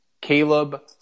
Caleb